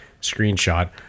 screenshot